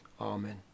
Amen